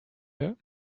her